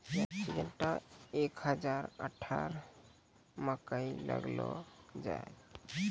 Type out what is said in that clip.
Syngenta एक हजार अठारह मकई लगैलो जाय?